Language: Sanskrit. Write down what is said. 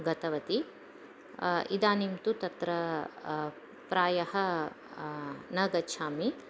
गतवती इदानीम् तु तत्र प्रायः न गच्छामि